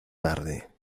tarde